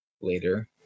later